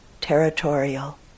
territorial